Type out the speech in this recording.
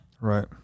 right